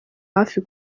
hafi